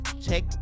check